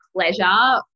pleasure